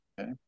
Okay